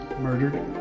murdered